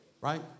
right